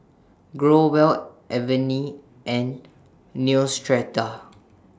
Growell Avene and Neostrata